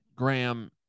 Graham